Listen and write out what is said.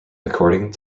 according